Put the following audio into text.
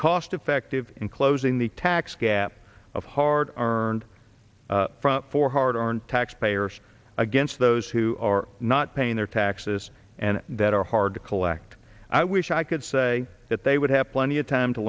cost effective in closing the tax gap of hard earned for hard earned tax payers against those who are not paying their taxes and that are hard to collect i wish i could say that they would have plenty of time to